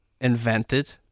invented